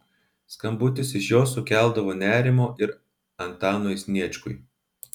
skambutis iš jos sukeldavo nerimo ir antanui sniečkui